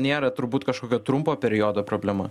nėra turbūt kažkokio trumpo periodo problema